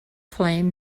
flame